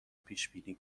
پیشبینی